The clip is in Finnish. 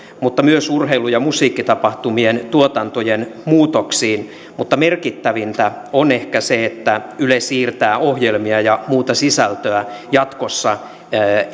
mutta myös urheilu ja musiikkitapahtumien tuotantojen muutoksiin mutta merkittävintä on ehkä se että yle siirtää ohjelmia ja muuta sisältöä jatkossa